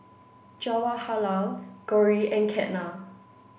Jawaharlal Gauri and Ketna